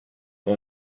och